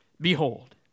behold